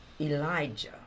Elijah